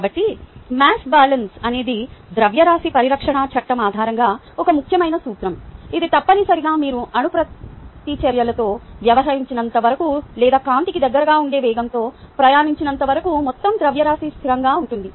కాబట్టి mass balance అనేది ద్రవ్యరాశి పరిరక్షణ చట్టం ఆధారంగా ఒక ముఖ్యమైన సూత్రం ఇది తప్పనిసరిగా మీరు అణు ప్రతిచర్యలతో వ్యవహరించనంత వరకు లేదా కాంతికి దగ్గరగా ఉండే వేగంతో ప్రయాణించనంతవరకు మొత్తం ద్రవ్యరాశి స్థిరంగా ఉంటుంది